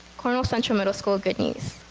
cornwall central middle school good news.